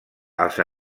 els